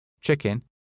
chicken